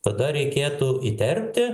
tada reikėtų įterpti